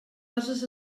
coses